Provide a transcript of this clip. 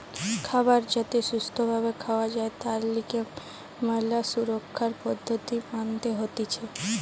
খাবার যাতে সুস্থ ভাবে খাওয়া যায় তার লিগে ম্যালা সুরক্ষার পদ্ধতি মানতে হতিছে